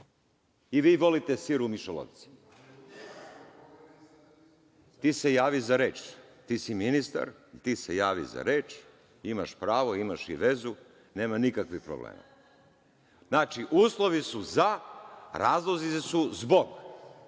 i vi volite sir u mišolovci. Ti se javi za reč, ti si ministar, imaš pravo, imaš i vezu, nema nikakvih problema. Znači, uslovi su - za, razlozi su – zbog.